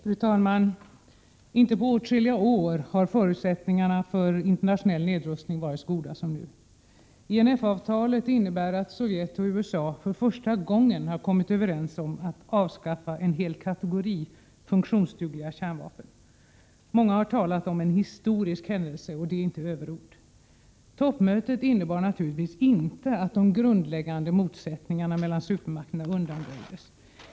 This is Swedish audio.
Fru talman! Inte på åtskilliga år har förutsättningarna för internationell nedrustning varit så goda som nu. INF-avtalet innebär att Sovjetunionen och USA för första gången kommit överens om att avskaffa en hel kategori funktionsdugliga kärnvapen. Många har talat om en historisk händelse. Detta är inte överord. Toppmötet innebar naturligtvis inte att de grundläggande motsättningarna mellan supermakterna undanröjdes.